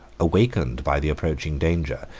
awakened by the approaching danger,